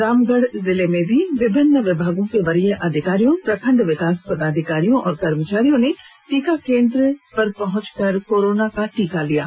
रामगढ़ जिले में भी विभिन्न विभागों के वरीय अधिकारियों प्रखंड विकास पदाधिकारियों और कर्मचारियों ने टीकाकरण केंद्र पर पहुंचकर कोरोना का टीका लगवाया